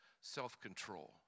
self-control